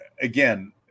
Again